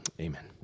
Amen